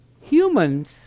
Humans